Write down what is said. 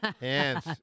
hands